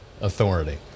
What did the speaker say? authority